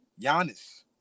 Giannis